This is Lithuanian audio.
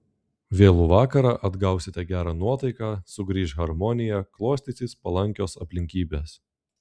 vėlų vakarą atgausite gerą nuotaiką sugrįš harmonija klostysis palankios aplinkybės